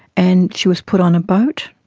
and she was put on a boat,